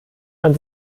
man